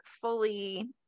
fully